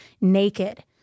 naked